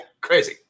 crazy